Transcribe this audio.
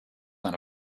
than